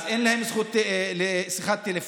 אז אין להם זכות לשיחת טלפון,